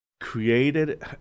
created